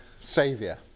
Saviour